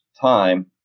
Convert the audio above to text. time